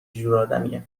جورآدمیه